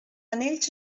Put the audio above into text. anells